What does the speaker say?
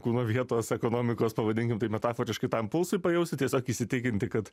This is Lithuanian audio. kūno vietos ekonomikos pavadinkim taip metaforiškai tam pulsui pajausti tiesiog įsitikinti kad